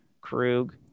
Krug